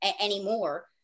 anymore